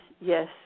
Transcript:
yes